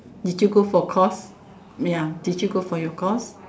did you go for course ya did you go for your course